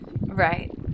Right